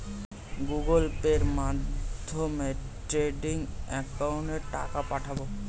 Google পের মাধ্যমে trading একাউন্টে টাকা পাঠাবো?